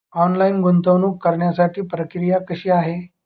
Online गुंतवणूक करण्यासाठी प्रक्रिया कशी आहे?